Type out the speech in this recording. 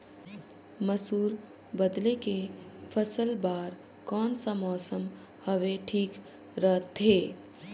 मसुर बदले के फसल बार कोन सा मौसम हवे ठीक रथे?